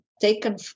taken